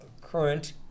current